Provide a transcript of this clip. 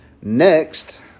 next